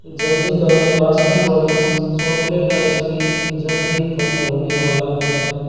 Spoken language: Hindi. जल्दी करें बास्किन रोब्बिंस चॉकलेट आइसक्रीम जल्द ही खत्म होने वाला है